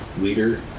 leader